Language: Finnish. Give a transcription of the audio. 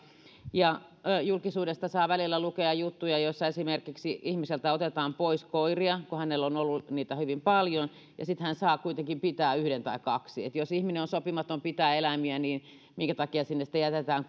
julkisuudesta saa välillä lukea juttuja joissa ihmiseltä otetaan pois esimerkiksi koiria kun hänellä on ollut niitä hyvin paljon ja sitten hän saa kuitenkin pitää yhden tai kaksi jos ihminen on sopimaton pitämään eläimiä niin minkä takia sinne sitten jätetään